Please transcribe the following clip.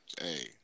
Hey